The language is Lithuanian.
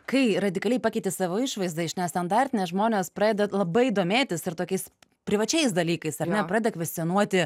kai radikaliai pakeiti savo išvaizdą iš nestandartinės žmonės pradeda labai domėtis ir tokiais privačiais dalykais ar ne pradeda kvestionuoti